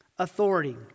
Authority